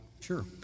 Sure